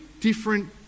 different